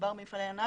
מדובר במפעלי ענק.